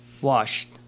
washed